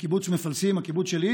מקיבוץ מפלסים, הקיבוץ שלי,